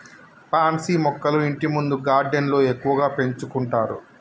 pansy మొక్కలు ఇంటిముందు గార్డెన్లో ఎక్కువగా పెంచుకుంటారు